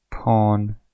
pawn